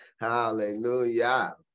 Hallelujah